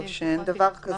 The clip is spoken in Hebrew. או שאין בכלל דבר כזה?